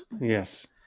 Yes